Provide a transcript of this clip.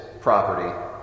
property